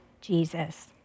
Jesus